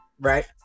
Right